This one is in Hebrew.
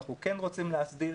אנחנו כן רוצים להסדיר